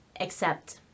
accept